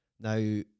Now